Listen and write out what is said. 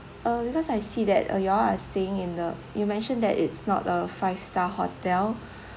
uh because I see that uh you all are staying in the you mentioned that it's not a five star hotel